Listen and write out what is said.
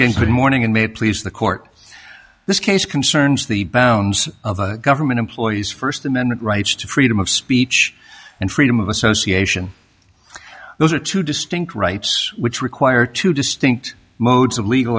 good morning and may please the court this case concerns the bounds of government employees first amendment rights to freedom of speech and freedom of association those are two distinct rights which require two distinct modes of legal